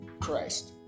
Christ